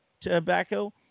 tobacco